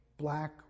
black